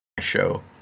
show